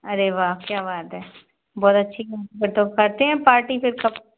अरे वाह क्या बात है बहुत अच्छी फिर तो करते हैं पार्टी फिर तो